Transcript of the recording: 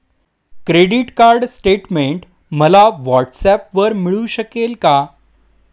Credit card statement मला व्हॉट्सऍपवर मिळू शकेल का?